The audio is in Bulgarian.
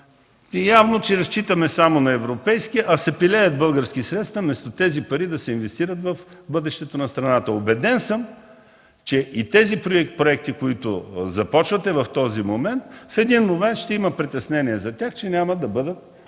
Явно, че разчитаме само на европейски, а се пилеят български средства, вместо тези пари да се инвестират в бъдещето на страната. Убеден съм, че и тези проекти, които започвате в този момент, в един момент за тях ще има притеснение, че няма да бъдат